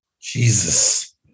Jesus